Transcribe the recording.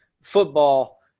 football